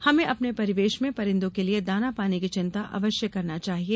हमें अपने परिवेश में परिंदों के लिए दाना पानी की चिंता अवश्य करना चाहिए